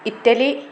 Italy